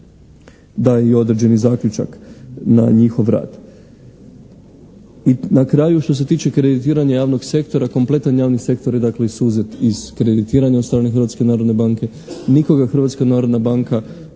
daje i određeni zaključak na njihov rad. I na kraju što se tiče kreditiranja javnog sektora, kompletan javni sektor je, dakle, izuzet iz kreditiranja od strane Hrvatske